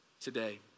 today